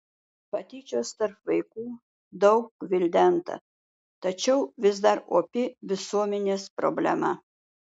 patyčios tarp vaikų daug gvildenta tačiau vis dar opi visuomenės problema